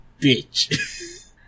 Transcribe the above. bitch